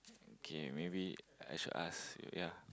okay maybe I should ask ya